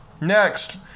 Next